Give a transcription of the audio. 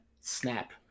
snap